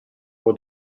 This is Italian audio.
può